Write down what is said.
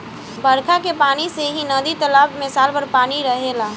बरखा के पानी से ही नदी तालाब में साल भर पानी रहेला